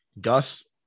Gus